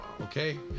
okay